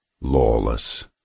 lawless